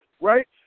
Right